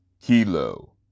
Kilo